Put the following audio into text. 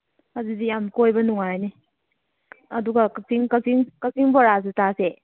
ꯑꯗꯨꯗꯤ ꯌꯥꯝ ꯀꯣꯏꯕ ꯅꯨꯡꯉꯥꯏꯔꯅꯤ ꯑꯗꯨꯒ ꯀꯛꯆꯤꯡ ꯕꯣꯔꯥꯁꯨ ꯆꯥꯁꯦ